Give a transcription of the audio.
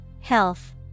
Health